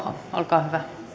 att